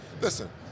listen